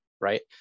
right